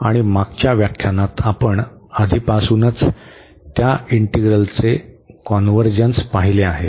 आणि मागच्या व्याख्यानात आपण आधीपासूनच त्या इंटीग्रलचे कॉन्व्हर्जन्स पाहिले आहे